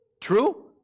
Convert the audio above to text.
True